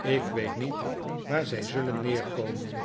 ik weet niet waar zij zullen neerkomen